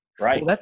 Right